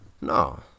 No